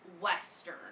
western